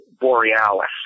Borealis